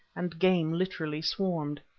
and game literally swarmed.